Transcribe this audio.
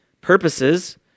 purposes